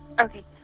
Okay